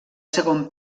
segon